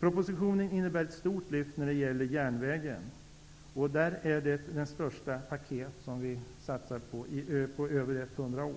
Propositionen innebär ett stort lyft när det gäller järnvägen. Satsningarna utgör det största paket på över 100 år.